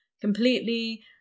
completely